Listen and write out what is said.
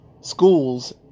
schools